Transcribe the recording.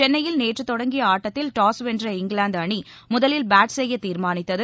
சென்னையில் நேற்று தொடங்கிய ஆட்டத்தில் டாஸ் வென்ற இங்கிலாந்து அணி முதலில் பேட் செய்ய தீர்மானித்தது